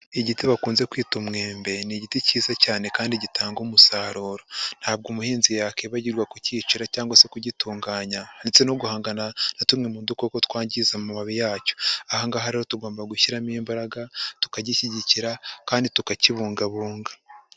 Igiti bakunze kwita umwembe ni igiti cyiza cyane kandi gitanga umusaruro, ntabwo umuhinzi yakibagirwa kukicira cyangwa se kugitunganya ndetse no guhangana na tumwe mu dukoko twangiza amababi yacyo. Aha ngaha rero tugomba gushyiramo imbaraga, tukagishyigikira kandi tukakibungabunga.